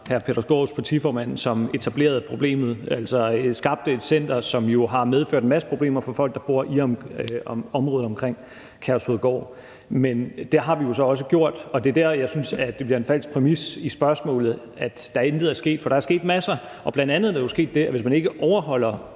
hr. Peter Skaarups partiformand, som etablerede problemet, altså skabte et center, som jo har medført en masse problemer for folk, der bor i området omkring Kærshovedgård. Men det har vi jo så også gjort, og det er der, jeg synes det bliver en falsk præmis i spørgsmålet, altså at der intet er sket. For der er sket masser. Bl.a. er der jo sket det, at hvis man ikke overholder